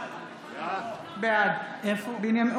בעד אופיר סופר,